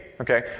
okay